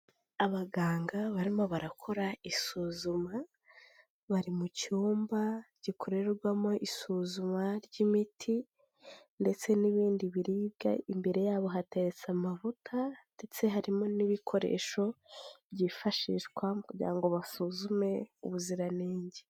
Abaganga barimo barakora isuzuma, bari mu cyumba gikorerwamo isuzuma ry'imiti ndetse n'ibindi biribwa. Imbere yabo hateretse amavuta ndetse harimo n'ibikoresho byifashishwa mu kugira ngo basuzume ubuziranenge.